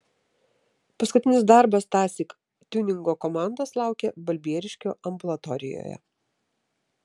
paskutinis darbas tąsyk tiuningo komandos laukė balbieriškio ambulatorijoje